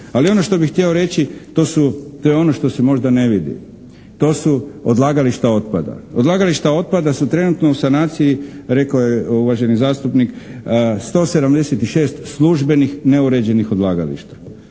Ali ono što bih htio reći to je ono što se možda ne vidi. To su odlagališta otpada. Odlagališta otpada su trenutno u sanaciji, rekao je uvaženi zastupnik, 176 službenih neuređenih odlagališta.